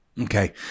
Okay